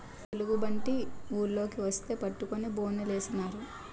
ఎలుగుబంటి ఊర్లోకి వచ్చేస్తే పట్టుకొని బోనులేసినారు